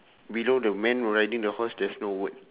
below the man riding the horse there's no word